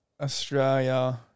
Australia